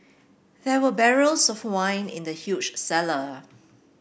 there were barrels of wine in the huge cellar